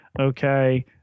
Okay